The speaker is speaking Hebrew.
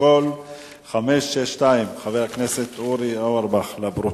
שאל